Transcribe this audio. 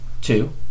two